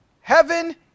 heaven